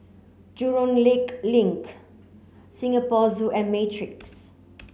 Jurong Lake Link Singapore Zoo and Matrix